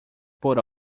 por